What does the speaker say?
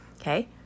okay